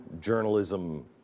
journalism